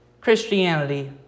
Christianity